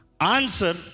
answer